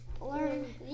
learn